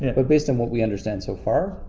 yeah but based on what we understand so far,